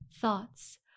Thoughts